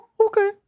Okay